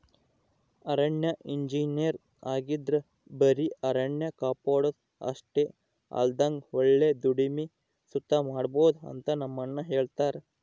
ಅರಣ್ಯ ಇಂಜಿನಯರ್ ಆಗಿದ್ರ ಬರೆ ಅರಣ್ಯ ಕಾಪಾಡೋದು ಅಷ್ಟೆ ಅಲ್ದಂಗ ಒಳ್ಳೆ ದುಡಿಮೆ ಸುತ ಮಾಡ್ಬೋದು ಅಂತ ನಮ್ಮಣ್ಣ ಹೆಳ್ತಿರ್ತರ